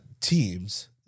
teams